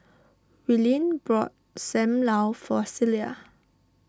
Willene bought Sam Lau for Celia